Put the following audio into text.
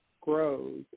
grows